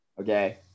okay